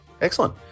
Excellent